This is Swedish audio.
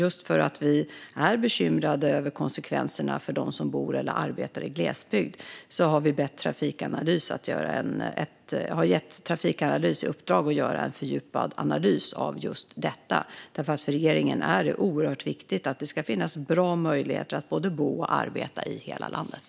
Eftersom vi är bekymrade över konsekvenserna för dem som bor eller arbetar i glesbygd har vi gett Trafikanalys i uppdrag att göra en fördjupad analys av just detta. För regeringen är det oerhört viktigt att det ska finnas bra möjligheter att både bo och arbeta i hela landet.